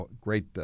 great